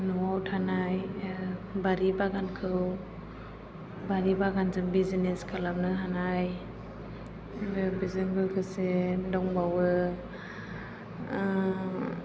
न'आव थानाय बारि बागानजों बिजनेस खालामनो हानाय बेफोरजों लोगोसे दंबावो